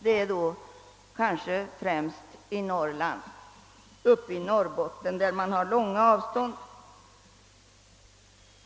Detta gäller väl främst i Norrbotten, där man har stora avstånd.